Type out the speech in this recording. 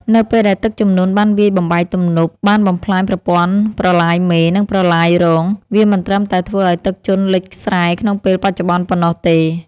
នៅពេលដែលទឹកជំនន់បានវាយបំបែកទំនប់ បានបំផ្លាញប្រព័ន្ធប្រឡាយមេ និងប្រឡាយរង វាមិនត្រឹមតែធ្វើឱ្យទឹកជន់លិចស្រែក្នុងពេលបច្ចុប្បន្នប៉ុណ្ណោះទេ។